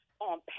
on